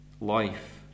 life